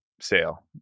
sale